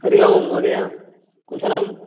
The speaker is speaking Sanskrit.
हरिः ओम् महोदया कुशलं